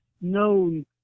known